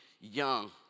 young